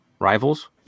rivals